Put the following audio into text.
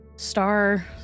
Star